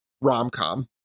rom-com